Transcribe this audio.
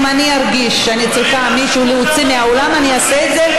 אם אני ארגיש שאני צריכה מישהו להוציא מהאולם אני אעשה את זה.